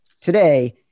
today